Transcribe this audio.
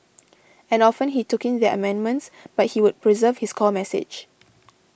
and often he took in their amendments but he would preserve his core message